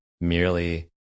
merely